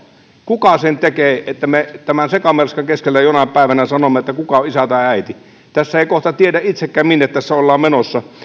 kuka sen tekee niin että me tämän sekamelskan keskellä jonain päivänä voimme sanoa kuka on isä tai äiti tässä ei kohta tiedä itsekään minne tässä ollaan menossa